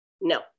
No